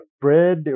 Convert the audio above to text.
bread